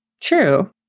True